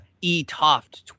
E-Toft